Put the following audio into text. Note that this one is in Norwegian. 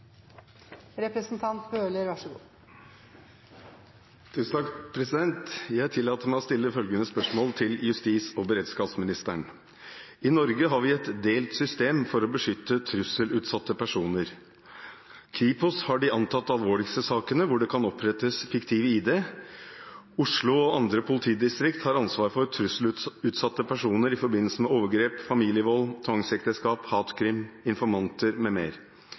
til justis- og beredskapsministeren: «I Norge har vi et delt system for å beskytte trusselutsatte personer. Kripos har de antatt alvorligste sakene, hvor det kan opprettes fiktiv ID. Oslo og andre politidistrikt har ansvar for trusselutsatte personer i forbindelse med overgrep, familievold, tvangsekteskap, hatkrim, informanter